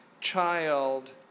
child